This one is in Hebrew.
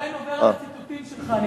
אני עדיין עובר על הציטוטים שלך.